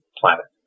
planet